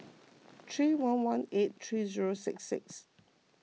three one one eight three zero six six